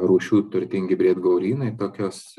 rūšių turtingi briedgaurynai tokios